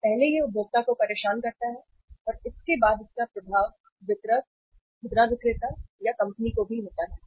पहले यह उपभोक्ता को परेशान करता है और इसके बाद का प्रभाव वितरक खुदरा विक्रेता या कंपनी को भी होता है